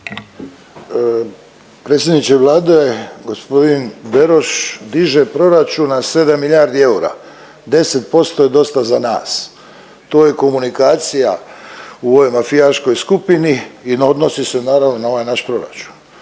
Predsjedniče Vlade, g. Beroš diže proračun na 7 milijardi eura. 10% je dosta za nas. To je komunikacija u ovoj mafijaškoj skupini i na, odnosi se naravno na ovaj naš proračun.